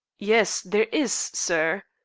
yes, there is, sir,